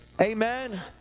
Amen